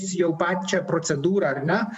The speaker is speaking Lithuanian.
jau pačią procedūrą ar ne